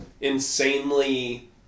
insanely